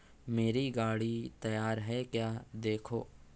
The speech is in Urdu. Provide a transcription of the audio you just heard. میری گاڑی تیار ہے کیا دیکھو